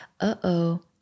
uh-oh